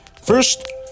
First